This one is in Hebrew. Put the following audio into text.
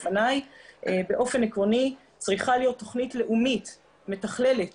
באופן עקרוני צריכה להיות תוכנית לאומית מתכללת